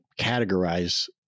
categorize